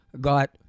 got